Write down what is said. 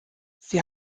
sie